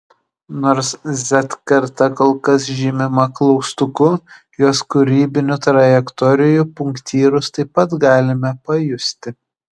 nors z karta kol kas žymima klaustuku jos kūrybinių trajektorijų punktyrus taip pat galime pajusti